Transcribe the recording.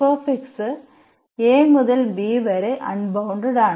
a മുതൽ b വരെ അൺബൌണ്ടഡാണ്